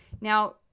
Now